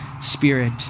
Spirit